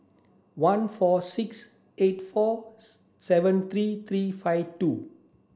one four six eight four seven three three five two